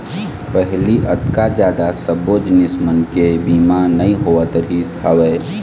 पहिली अतका जादा सब्बो जिनिस मन के बीमा नइ होवत रिहिस हवय